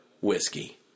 whiskey